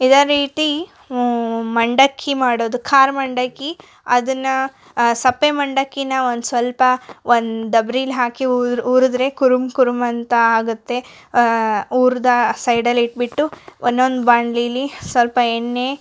ಇದೇ ರೀತಿ ಮಂಡಕ್ಕಿ ಮಾಡೋದು ಖಾರ ಮಂಡಕ್ಕಿ ಅದನ್ನ ಸಪ್ಪೆ ಮಂಡಕ್ಕಿನಾ ಒಂದು ಸ್ವಲ್ಪ ಒಂದು ಡಬರೀಲಿ ಹಾಕಿ ಹುರುದ್ರೆ ಕುರುಮ್ ಕುರುಮ್ ಅಂತ ಆಗುತ್ತೆ ಹುರ್ದ ಆ ಸೈಡಲ್ಲಿ ಇಟ್ಬಿಟ್ಟು ಒಂದೊಂದು ಬಾಂಡ್ಲಿಲಿ ಸ್ವಲ್ಪ ಎಣ್ಣೆ